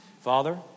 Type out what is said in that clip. Father